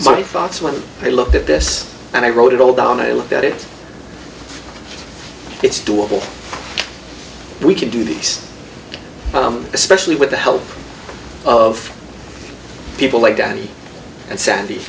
when i looked at this and i wrote it all down i looked at it it's doable we can do these especially with the help of people like dan and sandy